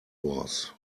was